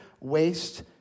waste